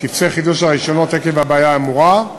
טופסי חידוש הרישיונות עקב הבעיה האמורה,